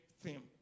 theme